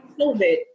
COVID